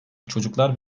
çocuklar